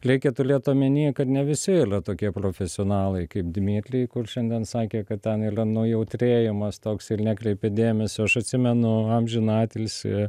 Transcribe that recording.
leikia tulėt omeny kad ne visi ylia tokie profesionalai kaip dmitri kur šiandien sakė kad ten ylia nujautrėjimas toks ir nekreipis dėmesio aš atsimenu amžiną atilsį